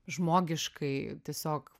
žmogiškai tiesiog